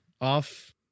off